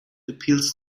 appeals